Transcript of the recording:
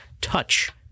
touch